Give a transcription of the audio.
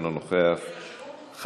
אינו נוכח,